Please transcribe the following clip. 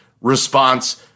response